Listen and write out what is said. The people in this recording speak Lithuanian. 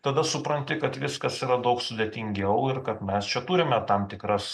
tada supranti kad viskas yra daug sudėtingiau ir kad mes čia turime tam tikras